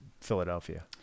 Philadelphia